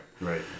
Right